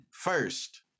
First